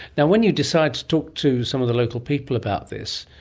and when you decided to talk to some of the local people about this,